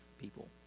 people